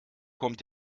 kommt